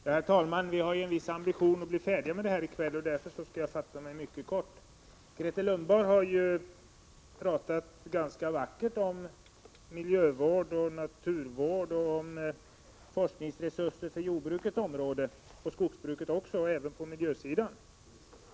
Herr talman! Vi har ju ambitionen att bli klara med det här ärendet i kväll, och jag skall därför fatta mig mycket kort. Grethe Lundblad har talat ganska vackert om miljövård, naturvård och behovet av forskningsresurser på jordbrukets område liksom även på skogsbrukets och miljövårdens områden.